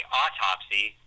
autopsy